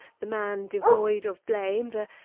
the man devoid of blame, the.